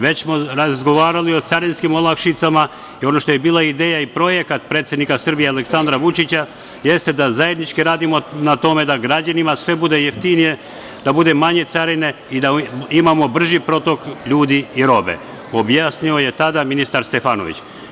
Već smo razgovarali o carinskim olakšicama i ono što je bila ideja i projekat predsednika Srbije Aleksandra Vučića jeste da zajednički radimo na tome da građanima sve bude jeftinije, da budu manje carine i da imamo brži protok ljudi i robe, objasnio je tada ministar Stefanović.